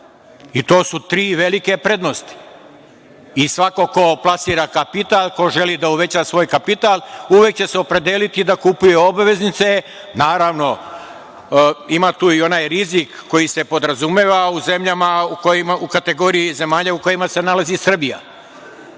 i to su tri velike prednosti. Svako ko plasira kapital, ko želi da uveća svoj kapital, uvek će se opredeliti da kupuje obveznice. Naravno, ima tu i onaj rizik koji se podrazumeva 12/2 u kategoriji zemalja u kojima se nalazi Srbija.